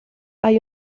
hay